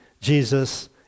Jesus